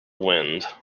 wind